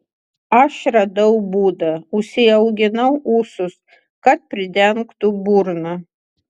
aš radau būdą užsiauginau ūsus kad pridengtų burną